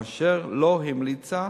אשר לא המליצה